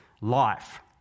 life